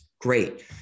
Great